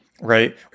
right